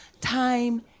time